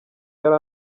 yari